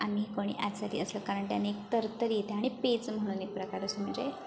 आम्ही कोणी आजारी असलं कारण त्याने तरतरी येते आणि पेज म्हणून एक प्रकार असतो म्हणजे